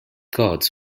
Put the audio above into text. gods